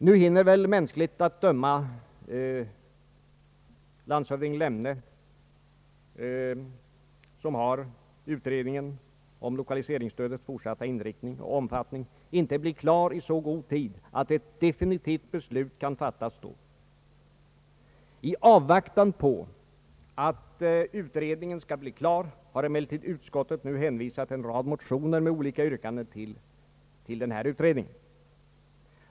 Nu hinner väl mänskligt att döma landshövding Lemne, som har hand om utredningen beträffande l1okaliseringsstödets fortsatta inriktning och omfattning, inte blir klar i så god tid att ett definitivt beslut kan fattas då. I avvaktan på att utredningen skall bli klar har emellertid utskottet nu hänvisat en rad motioner med olika yrkanden till denna utredning.